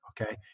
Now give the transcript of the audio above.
Okay